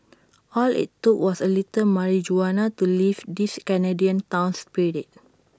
all IT took was A little Mari Juana to lift this Canadian town's spirits